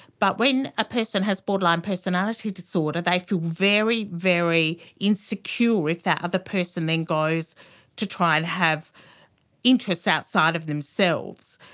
but when a person has borderline personality disorder they feel very, very insecure if that other person then goes to try and have interests outside of themselves.